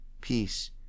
peace